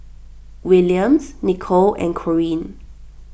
Williams Nicolle and Corine